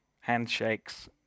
handshakes